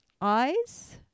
Eyes